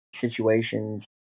situations